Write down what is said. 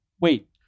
Wait